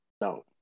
No